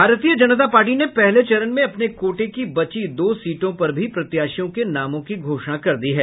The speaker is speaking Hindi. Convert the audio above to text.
भारतीय जनता पार्टी ने पहले चरण में अपने कोटे की बची दो सीटों पर भी प्रत्याशियों के नामों की घोषणा कर दी है